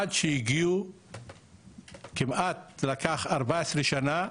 עד שהם הגיעו לקחת כמעט ארבע עשרה שנה,